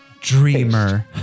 Dreamer